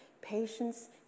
Patience